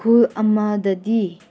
ꯈꯨꯜ ꯑꯃꯗꯗꯤ